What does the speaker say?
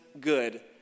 good